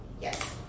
Yes